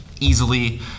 easily